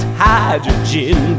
hydrogen